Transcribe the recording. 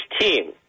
team